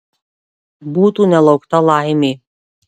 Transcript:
būtų nelaukta laimė